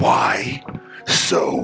why so